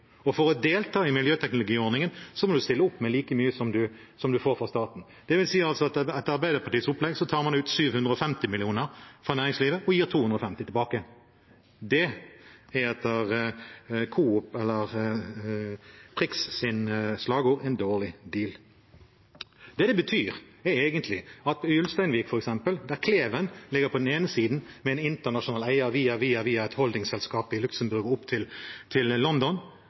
Og for å delta i Miljøteknologiordningen må en stille opp med like mye som en får fra staten, dvs. at etter Arbeiderpartiets opplegg tar man ut 750 mill. kr fra næringslivet og gir 250 mill. kr tilbake. Det er det motsatte av Coop Prixs slagord, en dårlig deal. Det det betyr, er egentlig at i Ulsteinvik, f.eks., der Kleven ligger på den ene siden, med en internasjonal eier via et holdingsselskap i Luxembourg, og opp til London,